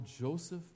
Joseph